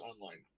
online